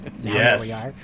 Yes